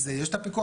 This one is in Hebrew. אתי.